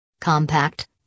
Compact